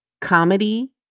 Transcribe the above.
comedy